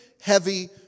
heavy